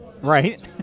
right